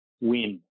win